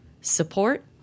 support